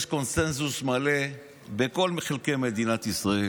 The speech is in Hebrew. יש קונסנזוס מלא בכל חלקי מדינת ישראל